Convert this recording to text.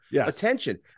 attention